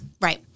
right